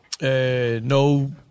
No